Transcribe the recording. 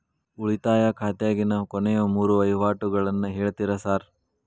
ಉಳಿತಾಯ ಖಾತ್ಯಾಗಿನ ಕೊನೆಯ ಮೂರು ವಹಿವಾಟುಗಳನ್ನ ಹೇಳ್ತೇರ ಸಾರ್?